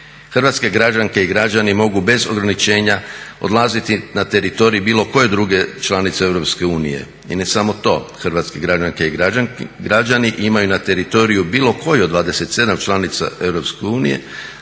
Hrvatske građanke i građani mogu bez ograničenja odlaziti na teritorij bilo koje druge članice EU. i ne samo to, hrvatski građanke i građani imaju na teritoriju bilo koje od 27 članica EU